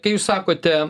kai jūs sakote